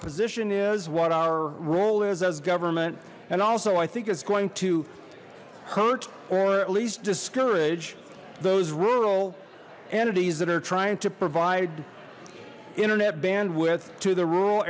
position is what our role is as government and also i think it's going to hurt or at least discourage those rural entities that are trying to provide internet bandwidth to the rural